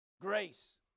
Grace